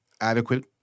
adequate